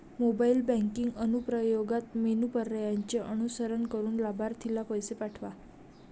mobile banking अनुप्रयोगात menu पर्यायांचे अनुसरण करून लाभार्थीला पैसे पाठवा